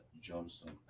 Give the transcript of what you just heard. Johnson